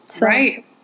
Right